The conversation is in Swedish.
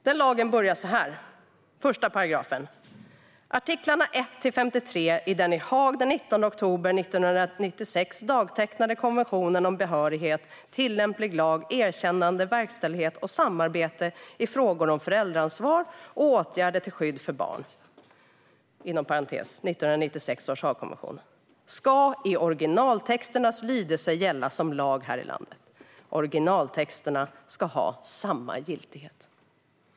Den lagens 1 § börjar så här: "Artiklarna 1-53 i den i Haag den 19 oktober 1996 dagtecknade konventionen om behörighet, tillämplig lag, erkännande, verkställighet och samarbete i frågor om föräldraansvar och åtgärder till skydd för barn ska i originaltexternas lydelse gälla som lag här i landet. Originaltexterna ska ha samma giltighet."